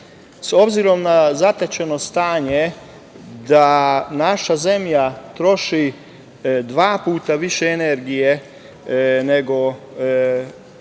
obzirom na zatečeno stanje da naša zemlja troši dva puta više energije, nego